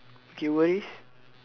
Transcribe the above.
okay worries